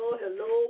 hello